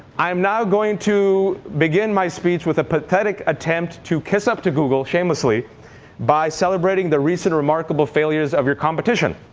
i'm now going to begin my speech with a pathetic attempt to kiss up to google shamelessly by celebrating the recent remarkable failures of your competition.